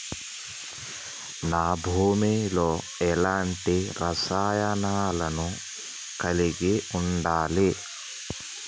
నా భూమి లో ఎలాంటి రసాయనాలను కలిగి ఉండాలి?